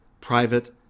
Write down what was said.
private